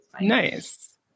Nice